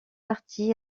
parties